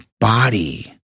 body